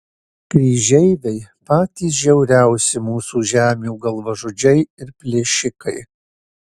kryžeiviai patys žiauriausi mūsų žemių galvažudžiai ir plėšikai